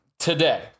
Today